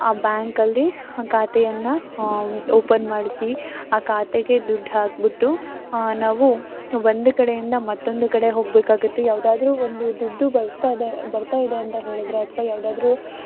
ಆ ಬ್ಯಾಂಕಲ್ಲಿ ಆ ಖಾತೆಯನ್ನು ಓಪನ್ ಮಾಡಿಸಿ ಆ ಖಾತೆಗೆ ದುಡ್ಡು ಹಾಕಿಬಿಟ್ಟು ನಾವು ಒಂದು ಕಡೆಯಿಂದ ಮತ್ತೊಂದು ಕಡೆ ಹೋಗ್ಬೇಕಾಗುತ್ತೆ ಯಾವುದಾದ್ರು ಒಂದು ದುಡ್ಡು ಬರ್ತದೆ ಬರ್ತಾಯಿದೆ ಅಂತ ಹೇಳಿದರೆ ಅಥ್ವಾ ಯಾವುದಾದ್ರೂ